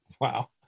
Wow